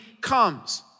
comes